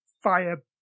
fire